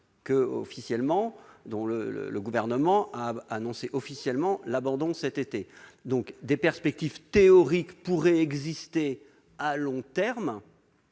de réacteurs, dont le Gouvernement a annoncé officiellement l'abandon cet été. Des perspectives théoriques pourraient se dessiner à long terme,